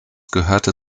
gehörte